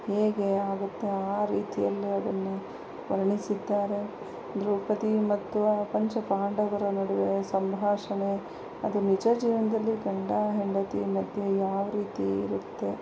ಹೇಗೆ ಆಗುತ್ತೆ ಆ ರೀತಿಯಲ್ಲಿ ಅದನ್ನು ವರ್ಣಿಸಿದ್ದಾರೆ ದ್ರೌಪದಿ ಮತ್ತು ಆ ಪಂಚ ಪಾಂಡವರ ನಡುವೆ ಸಂಭಾಷಣೆ ಅದು ನಿಜ ಜೀವನದಲ್ಲಿ ಗಂಡ ಹೆಂಡತಿ ಮಧ್ಯೆ ಯಾವ ರೀತಿ ಇರುತ್ತೆ